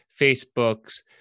facebook's